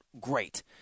great